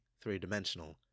three-dimensional